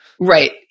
Right